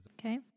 Okay